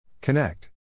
Connect